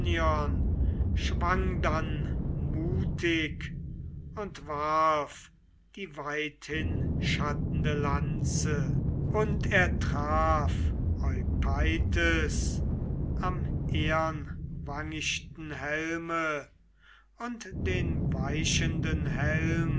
schwang dann mutig und warf die weithinschattende lanze und er traf eupeithes am ehernwangichten helme und den weichenden helm